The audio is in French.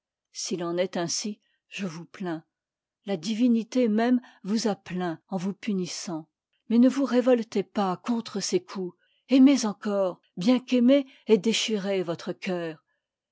s'il en est ainsi je vous plains la divinité même vous a plaint en vous punissant mais ne vous révoltez pas contre ses coups ai mez encore bien qu'aimer ait déchiré votre cœur